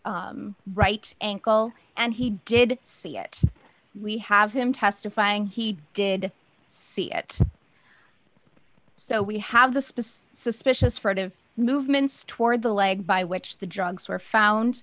the right ankle and he did see it we have him testifying he did see it so we have the specific suspicious furtive movements toward the leg by which the drugs were found